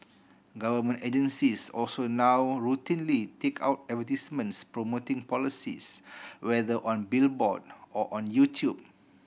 government agencies also now routinely take out advertisements promoting policies whether on billboard or on YouTube